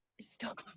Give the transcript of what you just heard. stop